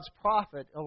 prophet